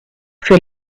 für